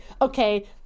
okay